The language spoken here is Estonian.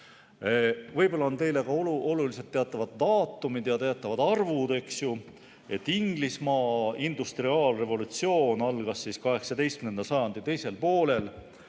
Võib-olla on teile olulised ka teatavad daatumid ja teatavad arvud. Inglismaa industriaalrevolutsioon algas 18. sajandi teisel poolel.